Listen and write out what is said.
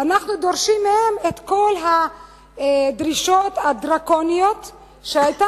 ואנחנו דורשים מהם את כל הדרישות הדרקוניות שהיתה